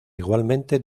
igualmente